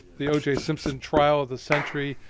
the o j. simpson trial of the century,